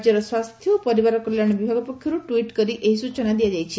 ରାଜ୍ୟର ସ୍ୱାସ୍ଥ୍ୟ ଓ ପରିବାର କଲ୍ୟାଶ ବିଭାଗ ପକ୍ଷରୁ ଟ୍ୱିଟ କରି ଏହି ସ୍ଚନା ଦିଆ ଯାଇଛି